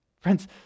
Friends